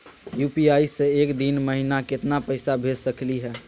UPI स एक दिनो महिना केतना पैसा भेज सकली हे?